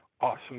awesome